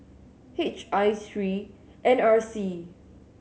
H I three N R C